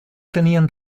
tenían